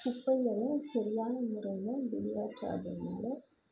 குப்பைகளை சரியான முறையில் வெளியேற்றாததுனால்